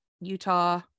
Utah